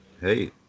Hey